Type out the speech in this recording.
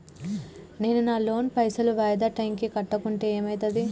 నేను నా లోన్ పైసల్ వాయిదా టైం కి కట్టకుంటే ఏమైతది?